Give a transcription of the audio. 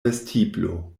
vestiblo